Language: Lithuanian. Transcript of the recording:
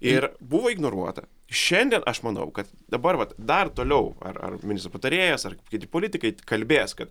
ir buvo ignoruota šiandien aš manau kad dabar vat dar toliau ar ar ministro patarėjas ar kiti politikai kalbės kad